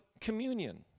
communion